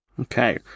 Okay